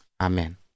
Amen